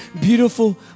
beautiful